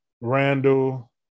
Randall